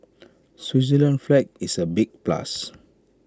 Switzerland's flag is A big plus